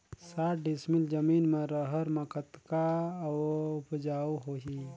साठ डिसमिल जमीन म रहर म कतका उपजाऊ होही?